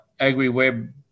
AgriWeb